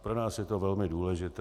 Pro nás je to velmi důležité.